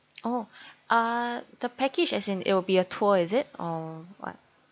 oh uh the package as in it'll be a tour is it or what